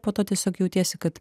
po to tiesiog jautiesi kad